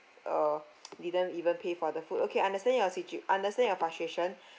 uh didn't even pay for the food okay understand your situ~ understand your frustration